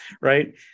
right